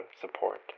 support